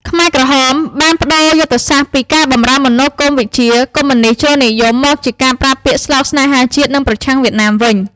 ខ្មែរក្រហមបានប្តូរយុទ្ធសាស្ត្រពីការប្រើមនោគមវិជ្ជាកុម្មុយនីស្តជ្រុលនិយម មកជាការប្រើពាក្យស្លោក «ស្នេហាជាតិ» និងប្រឆាំងវៀតណាមវិញ។